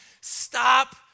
stop